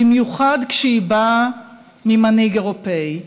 במיוחד כשהיא באה ממנהיג אירופי.